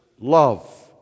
love